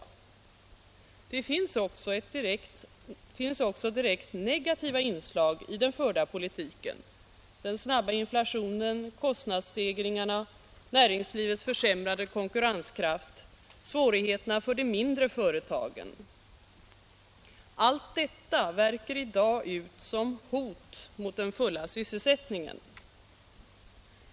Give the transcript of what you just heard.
Det finns också direkt negativa inslag i den förda politiken: den snabba inflationen, kostnadsstegringarna, näringslivets försämrade konkurrenskraft, svårigheterna för de mindre företagen — allt detta värker i dag ut som hot mot den fulla sysselsättningen.